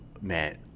man